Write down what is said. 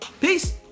peace